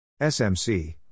SMC